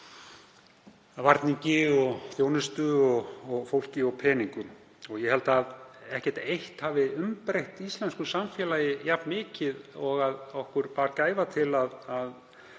á varningi, þjónustu, fólki og peningum og ég held að ekkert eitt hafi umbreytt íslensku samfélagi jafnmikið og það að við bárum gæfu til að